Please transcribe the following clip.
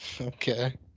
Okay